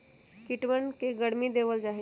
कीटवन के गर्मी देवल जाहई